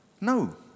No